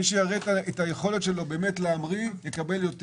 מי שיראה יכולת להמריא יקבל יותר.